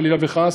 חלילה וחס,